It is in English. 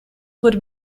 would